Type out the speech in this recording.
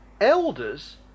elders